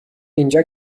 اینجا